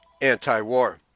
anti-war